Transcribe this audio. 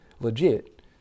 legit